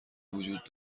وجود